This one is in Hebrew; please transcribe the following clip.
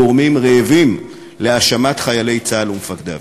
גורמים רעבים להאשמת חיילי צה"ל ומפקדיו.